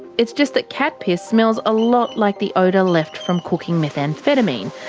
it's just that cat piss smells a lot like the odour left from cooking methamphetamine,